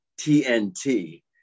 TNT